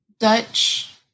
dutch